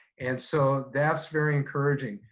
and so, that's very encouraging.